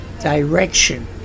direction